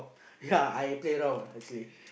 ya I play around lah actually